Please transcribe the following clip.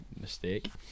Mistake